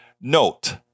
note